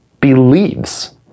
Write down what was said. believes